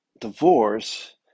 divorce